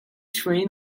train